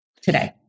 today